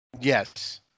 Yes